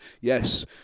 Yes